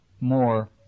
more